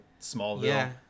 smallville